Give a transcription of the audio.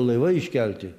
laivai iškelti